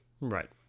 Right